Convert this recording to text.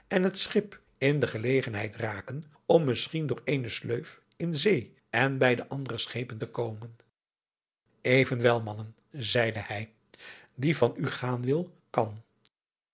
en het schip in de gelegenheid raken om misschien door eene sleuf in zee en bij de andere schepen te komen evenwel mannen zeide hij die van u gaan wil kan